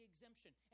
exemption